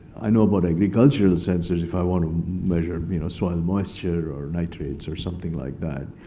i know about agricultural sensors if i want to measure you know soil moisture or nitrates or something like that.